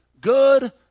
good